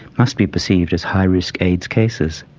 must be perceived as high risk aids cases.